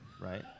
Right